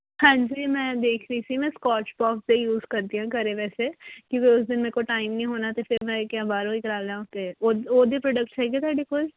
ਹਾਂਜੀ ਮੈਂ ਦੇਖ ਰਹੀ ਸੀ ਮੈਂ ਸਕੋਚਕੋਪ ਦੇ ਯੂਜ ਕਰਦੀ ਹਾਂ ਘਰ ਵੈਸੇ ਕਿਉਂਕਿ ਉਸ ਦਿਨ ਮੇਰੇ ਕੋਲ ਟਾਈਮ ਨਹੀਂ ਹੋਣਾ ਅਤੇ ਫਿਰ ਮੈਂ ਕਿਹਾ ਬਾਹਰੋਂ ਹੀ ਕਰਵਾ ਲਾਂ ਅਤੇ ਉਹ ਉਹਦੇ ਪ੍ਰੋਡਕਟਸ ਹੈਗੇ ਆ ਤੁਹਾਡੇ ਕੋਲ